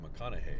McConaughey